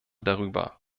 darüber